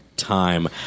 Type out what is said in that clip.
time